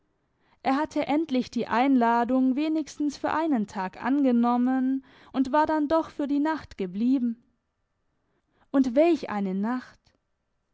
er hatte endlich die einladung wenigstens für einen tag angenommen und war dann doch für die nacht geblieben und welch eine nacht